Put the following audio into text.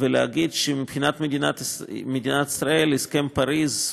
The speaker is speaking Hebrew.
ולהגיד שמבחינת מדינת ישראל הסכם פריז,